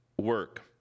work